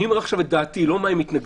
אני אומר עכשיו את דעתי, לא מה הם מתנגדים.